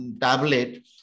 tablet